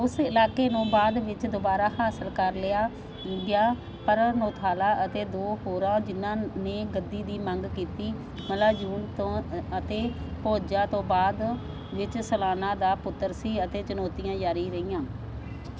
ਉਸ ਇਲਾਕੇ ਨੂੰ ਬਾਅਦ ਵਿਚ ਦੁਬਾਰਾ ਹਾਸਲ ਕਰ ਲਿਆ ਗਿਆ ਪਰ ਨੋਥਾਲਾ ਅਤੇ ਦੋ ਹੋਰਾਂ ਜਿਨ੍ਹਾਂ ਨੇ ਗੱਦੀ ਦੀ ਮੰਗ ਕੀਤੀ ਮੱਲਾਜੁਨ ਤੋਂ ਅਤੇ ਭੋਜਾ ਤੋਂ ਬਾਅਦ ਵਿਚ ਸਲਹਾਨਾ ਦਾ ਪੁੱਤਰ ਸੀ ਅਤੇ ਚੁਣੌਤੀਆਂ ਜਾਰੀ ਰਹੀਆਂ